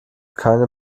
keine